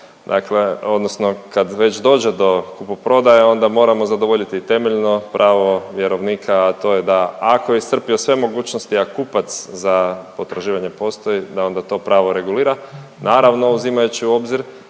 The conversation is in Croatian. dakle odnosno kad već dođe do kupoprodaje onda moramo zadovoljiti i temeljno pravo vjerovnika, a to je da ako je iscrpio sve mogućnosti, a kupac za potraživanje postoji da onda to pravo regulira naravno uzimajući u obzir